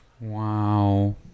Wow